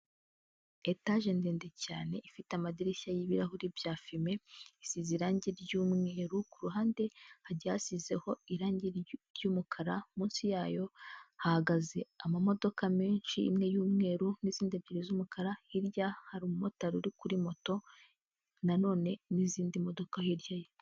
Etaje ndende cyane ifite amadirishya y'ibirahuri bya fime, isize irangi ry'umweru, ku ruhande gagiye hasizeho irangi ry'umukara, munsi yayo hahagaze ama modoka menshi, imwe y'umweru n'izindi ebyiri z'umukara, hirya hari umumotari uri kuri moto n'izindi modoka hirya ye.